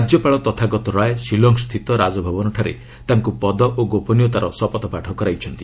ରାଜ୍ୟପାଳ ତଥାଗତ ରାୟ ସିଲଂ ସ୍ଥିତ ରାଜଭବନଠାରେ ତାଙ୍କୁ ପଦ ଓ ଗୋପନୀୟତାର ଶପଥପାଠ କରାଇଛନ୍ତି